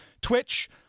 Twitch